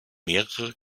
mehrere